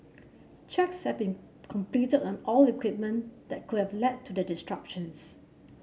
checks have been completed on all equipment that could have led to the disruptions